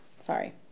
Sorry